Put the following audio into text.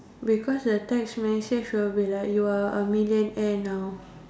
because the text message will be like you are a millionaire now